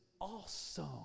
awesome